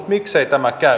miksei tämä käy